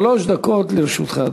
שלוש דקות לרשותך.